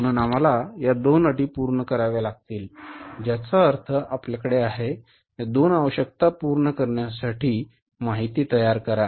म्हणून आम्हाला या दोन अटी पूर्ण कराव्या लागतील ज्याचा अर्थ आपल्याकडे आहे या दोन आवश्यकता पूर्ण करण्यासाठी माहिती तयार करा